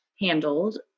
handled